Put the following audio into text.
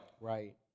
Right